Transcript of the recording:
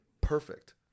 perfect